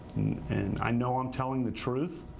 and i know i'm telling the truth.